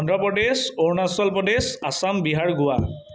Andhra Pradesh Arunachal Pradesh Assam Bihar Goa